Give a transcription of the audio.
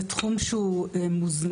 זה תחום שהוא מוזנח.